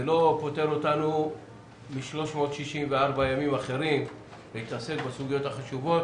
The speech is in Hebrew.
זה לא פוטר אותנו מ-364 ימים אחרים להתעסק בסוגיות החשובות.